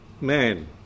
man